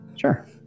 sure